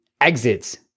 exits